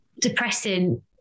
depressing